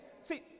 See